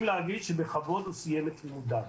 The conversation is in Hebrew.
להגיד שבכבוד הוא סיים את לימודיו.